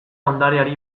ondareari